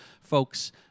folks